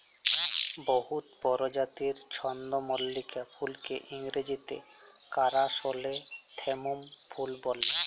বহুত পরজাতির চল্দ্রমল্লিকা ফুলকে ইংরাজিতে কারাসলেথেমুম ফুল ব্যলে